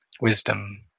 wisdom